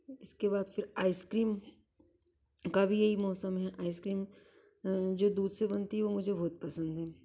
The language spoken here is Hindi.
इसके बाद फिर आइसक्रीम का भी यही मौसम हैं आइसक्रीम जो दूध से बनती है वह मुझे बहुत पसंद हैं